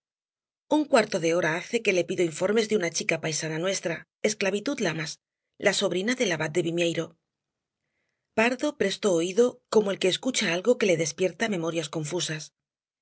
un cuarto de hora hace que le pido informes de una chica paisana nuestra esclavitud lamas la sobrina del abad de vimieiro pardo prestó oído como el que escucha algo que le despierta memorias confusas